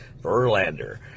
Verlander